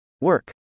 work